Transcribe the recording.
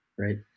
right